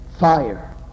fire